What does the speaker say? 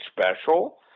special